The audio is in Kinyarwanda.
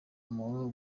umuntu